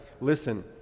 Listen